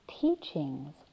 teachings